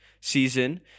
season